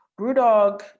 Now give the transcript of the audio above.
BrewDog